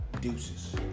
Deuces